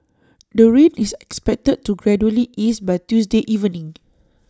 the rain is expected to gradually ease by Tuesday evening